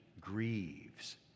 grieves